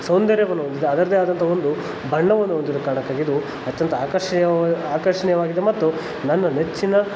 ಸೌಂದರ್ಯವನ್ನು ಹೊಂದಿದೆ ಅದ್ರದ್ದೇ ಆದಂತಹ ಒಂದು ಬಣ್ಣವನ್ನು ಹೊಂದಿರುವ ಕಾರಣಕ್ಕಾಗಿ ಇದು ಅತ್ಯಂತ ಆಕರ್ಷಣೀಯ ಆಕರ್ಷಣೀಯವಾಗಿದೆ ಮತ್ತು ನನ್ನ ನೆಚ್ಚಿನ